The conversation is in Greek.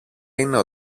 είναι